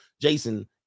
Jason